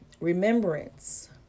remembrance